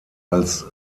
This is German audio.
als